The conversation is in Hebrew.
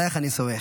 עלייך אני סומך.